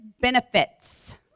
Benefits